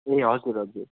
ए हजुर हजुर